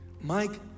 Mike